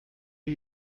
are